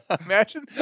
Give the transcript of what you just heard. Imagine